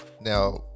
Now